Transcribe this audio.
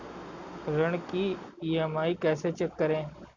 ऋण की ई.एम.आई कैसे चेक करें?